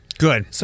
Good